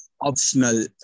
Optional